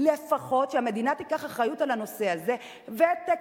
לפחות שהמדינה תיקח אחריות על הנושא הזה ותקצר